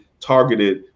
targeted